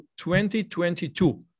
2022